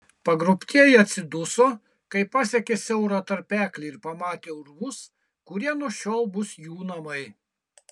pagrobtieji atsiduso kai pasiekė siaurą tarpeklį ir pamatė urvus kurie nuo šiol bus jų namai